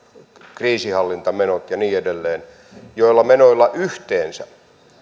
kriisinhallintamenot ja niin edelleen joilla menoilla yhteensä